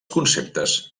conceptes